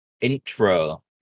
intro